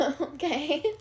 Okay